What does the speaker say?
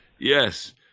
Yes